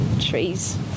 trees